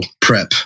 prep